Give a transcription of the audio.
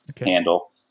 handle